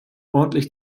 ordentlich